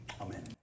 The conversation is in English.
Amen